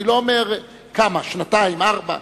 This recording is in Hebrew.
אני לא אומר כמה, שנתיים, ארבע.